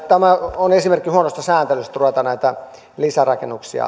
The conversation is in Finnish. tämä esimerkki huonosta sääntelystä ruveta näitä lisärakennuksia